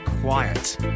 quiet